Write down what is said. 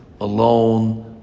alone